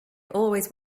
always